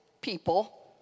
people